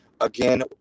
Again